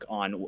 on